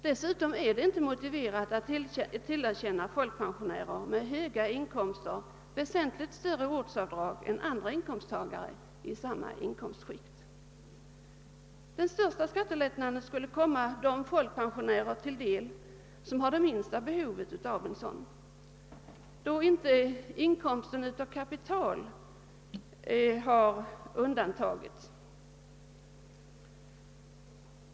Dessutom är det inte motiverat att tillerkänna folkpensionärer med stora inkomster väsentligt högre ortsavdrag än andra inkomsttagare i samma inkomstskikt. Den största skattelättnaden skulle komma de folkpensionärer till del, vilka har det minsta behovet av en sådan, eftersom inkomsten av kapital nu inte har undantagits.